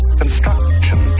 construction